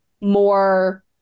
more